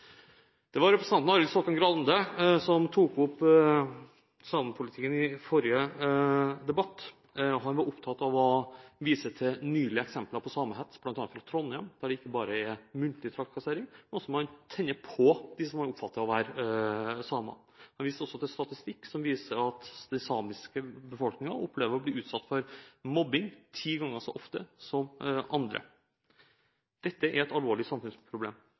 Det var representanten Arild Stokkan-Grande som tok opp samepolitikken i forrige debatt. Han var opptatt av å vise til nylige eksempler på samehets, bl.a. fra Trondheim, der det ikke bare er muntlig trakassering, men der man også tenner på dem man oppfatter som samer. Han viste også til statistikk som viser at den samiske befolkningen opplever å bli utsatt for mobbing ti ganger så ofte som andre. Dette er et alvorlig samfunnsproblem.